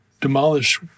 demolish